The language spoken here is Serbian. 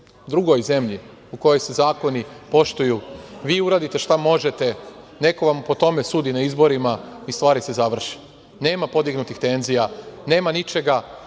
drugoj zemlji u kojoj se zakoni poštuju, vi uradite šta možete, neko vam po tome sudi na izborima i stvari se završe. Nema podignutih tenzija, nema ničega